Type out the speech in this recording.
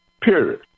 period